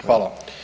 Hvala.